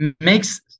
makes